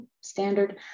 standard